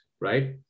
right